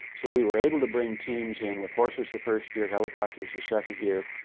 so we were able to bring teams in with horses the first year, helicopters the second year.